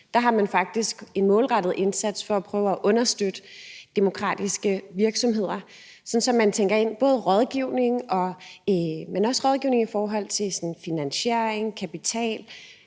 Der har man faktisk en målrettet indsats for at prøve at understøtte demokratiske virksomheder, så man indtænker rådgivning i forhold til både finansiering, kapital,